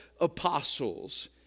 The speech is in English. apostles